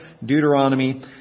Deuteronomy